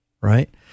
right